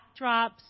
backdrops